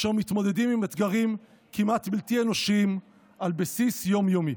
אשר מתמודדים עם אתגרים כמעט בלתי אנושיים על בסיס יום-יומי.